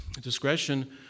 discretion